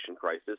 crisis